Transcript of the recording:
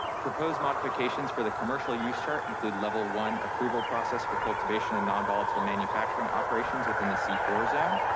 proposed modifications for the commercial use chart include level one approval process for cultivation and non-volatile manufacturing operations within the c four zone.